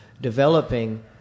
developing